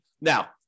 Now